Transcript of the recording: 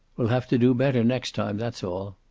we'll have to do better next time. that's all.